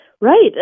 Right